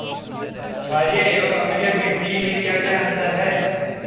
छारीय एवं अम्लीय मिट्टी में क्या क्या अंतर हैं?